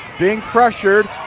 being pressured,